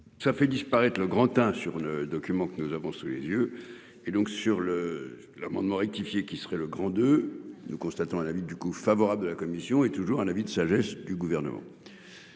Ça fait disparaître le grand hein sur le document que nous avons sous les yeux et donc sur le l'amendement rectifié qui serait le grand de nous constatons à la vitre du coup favorable de la commission et toujours un avis de sagesse du gouvernement.